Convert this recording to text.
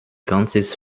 ganzes